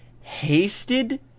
Hasted